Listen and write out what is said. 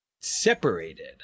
separated